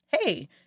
hey